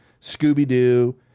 Scooby-Doo